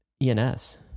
ENS